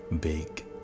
big